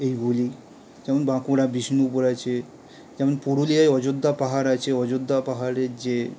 এইগুলি যেমন বাঁকুড়া বিষ্ণুপুর আছে যেমন পুরুলিয়ায় অযোধ্যা পাহাড় আছে অযোধ্যা পাহাড়ের যে